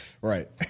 Right